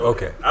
Okay